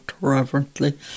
reverently